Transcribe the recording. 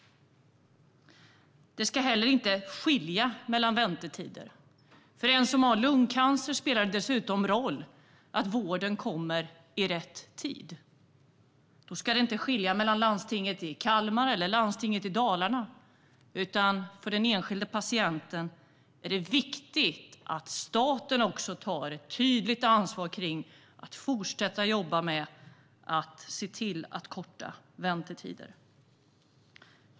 Det ska heller inte skilja mellan väntetider. För en som har lungcancer spelar det dessutom roll att vården kommer i rätt tid. Då ska det inte skilja mellan landstinget i Kalmar och landstinget i Dalarna. För den enskilda patienten är det viktigt att staten tar ett tydligt ansvar för att fortsätta jobba med att se till att korta väntetiderna.